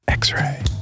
X-Ray